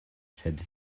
sed